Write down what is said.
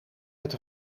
het